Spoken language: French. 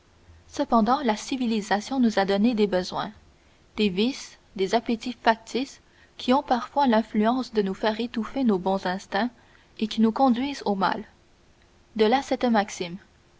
cependant la civilisation nous a donné des besoins des vices des appétits factices qui ont parfois l'influence de nous faire étouffer nos bons instincts et qui nous conduisent au mal de là cette maxime